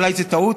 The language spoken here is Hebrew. אולי זאת טעות,